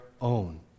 own